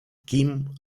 kim